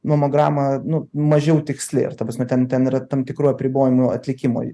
mamograma nu mažiau tiksli ar ta prasme ten ten yra tam tikrų apribojimų atlikimui jų